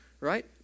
right